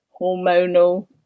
hormonal